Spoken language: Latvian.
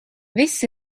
viss